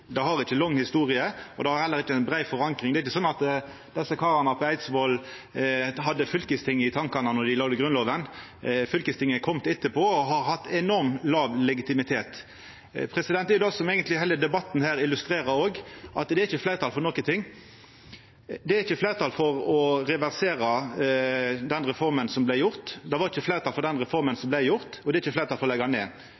Det har ikkje lang historie, og det har heller ikkje brei forankring. Det er ikkje sånn at desse karane på Eidsvoll hadde fylkestinget i tankane då dei laga Grunnlova. Fylkestinget har kome etterpå og har hatt enormt låg legitimitet. Det er det heile debatten her eigentleg illustrerer òg, at det er ikkje fleirtal for nokon ting. Det er ikkje fleirtal for å reversera den reforma som har vore, det var ikkje fleirtal for den reforma